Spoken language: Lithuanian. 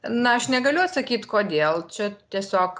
na aš negaliu atsakyt kodėl čia tiesiog